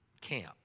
camp